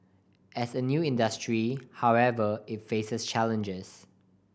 as a new industry however it faces challenges